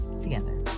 together